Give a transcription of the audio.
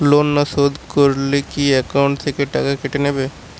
Loan না শোধ করলে কি একাউন্ট থেকে টাকা কেটে নেবে?